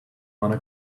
wanna